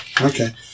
Okay